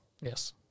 Yes